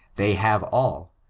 they have all,